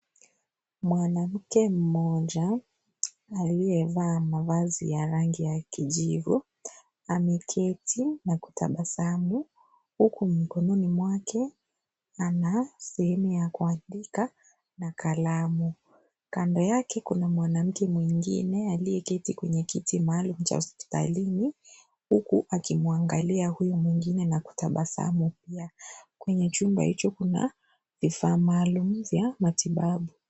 Mwanamke mmoja aliyevaa mavazi ya rangi ya kijivu ameketi na kutabasamu huku mikononi mwake ana sehemu ya kuandika na kalamu. Kando yake kuna mwanamke mwengine aliyeketi kwenye kiti maalum cha hospitalini huku akimwangalia huyu mwengine na kutabasamu pia. Kwenye chumba hicho kuna vifaa maalum vya matibabu.